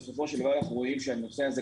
בסופו של דבר אנחנו רואים שהנושא הזה,